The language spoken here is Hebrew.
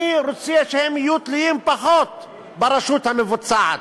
אני רוצה שהם יהיו תלויים פחות ברשות המבצעת,